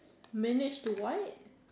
mannish to white